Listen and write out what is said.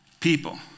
people